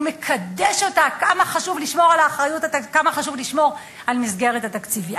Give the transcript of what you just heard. הוא מקדש אותה, כמה חשוב לשמור על מסגרת התקציב.